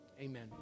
amen